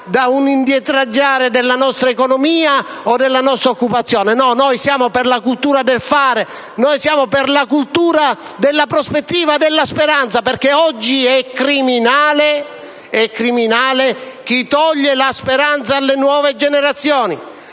da un indietreggiare della nostra economia o della nostra occupazione. No, noi siamo per la cultura del fare; noi siamo per la cultura della prospettiva, della speranza, perché oggi è criminale chi toglie la speranza alle nuove generazioni.